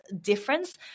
difference